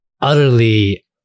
utterly